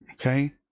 okay